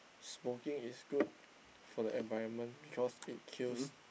smoking is good for the environment because it kills